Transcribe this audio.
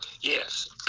Yes